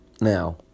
Now